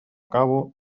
cabo